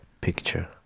picture